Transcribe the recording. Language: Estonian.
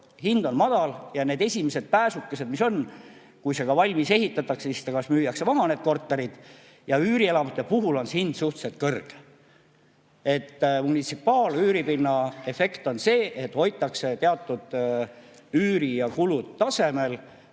Hind on madal ja need esimesed pääsukesed, mis on – kui need ka valmis ehitatakse, siis kas müüakse need korterid maha või üürielamute puhul on hind suhteliselt kõrge. Munitsipaalüüripinna efekt on aga see, et hoitakse üür ja kulud tasemel,